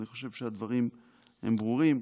אני חושב שהדברים הם ברורים,